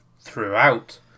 throughout